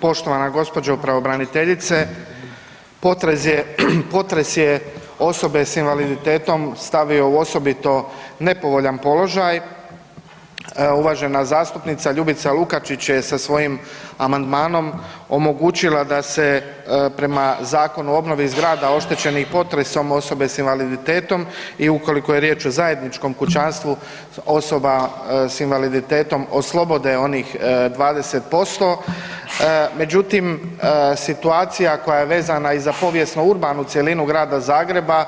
Poštovana gospođo pravobraniteljice, potres je osobe s invaliditetom stavio u osobito nepovoljna položaj, uvažena zastupnica Ljubica Lukačić je sa svojim amandmanom omogućila da se prema Zakonu o obnovi zgrada oštećenih potresom osobe s invaliditetom i ukoliko je riječ o zajedničkom kućanstvu osoba s invaliditetom oslobode onih 20%, međutim situacija koja je vezana i za povijesno urbanu cjelinu Grada Zagreba